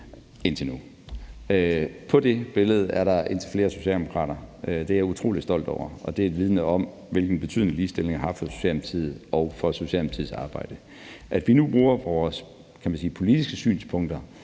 indtil nu. På det billede er der også indtil flere socialdemokrater, og det er jeg utrolig stolt over, og det vidner jo om, hvilken betydning ligestillingen har haft for Socialdemokratiet og for Socialdemokratiets arbejde. At vi, kan man sige, nu bruger vores politiske synspunkter